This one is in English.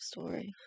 story